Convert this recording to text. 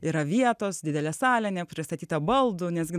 yra vietos didelė salė nepristatyta baldų nesgi